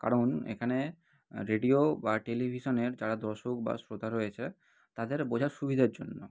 কারণ এখানে রেডিও বা টেলিভিশনের যারা দর্শক বা শ্রোতা রয়েছে তাদের বোঝার সুবিধার জন্য